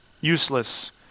useless